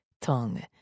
tongue